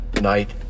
night